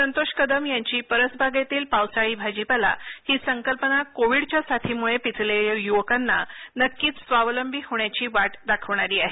संतोष कदम यांची परसबागेतील पावसाळी भाजीपाला ही संकल्पना कोविडच्या साथीमुळे पिचलेल्या युवकांना नक्कीच स्वावलंबी होण्याची वाट दाखवणारी आहे